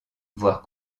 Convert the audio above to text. voir